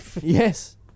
Yes